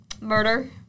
murder